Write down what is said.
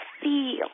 feel